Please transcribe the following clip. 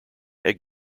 egg